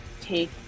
take